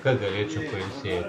kad galėčiau pailsė